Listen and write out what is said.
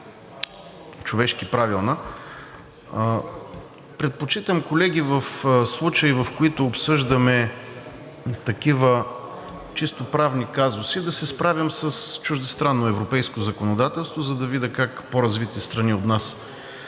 човешки правилна. Предпочитам, колеги, в случаи, в които обсъждаме такива чисто правни казуси, да се справям с чуждестранно европейско законодателство, за да видя как по-развитите от нас